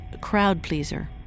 crowd-pleaser